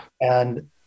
And-